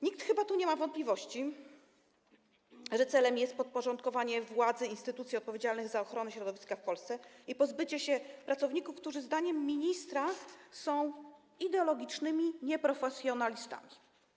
Nikt chyba tu nie ma wątpliwości, że celem jest podporządkowanie władzy instytucji odpowiedzialnych za ochronę środowiska w Polsce i pozbycie się pracowników, którzy zdaniem ministra są ideologicznymi nieprofesjonalistami.